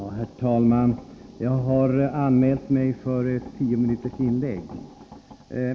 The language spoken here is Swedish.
Herr talman! Jag har anmält mig för ett tio minuters inlägg.